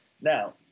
Now